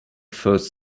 first